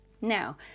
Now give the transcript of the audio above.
Now